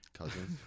cousins